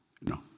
No